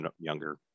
younger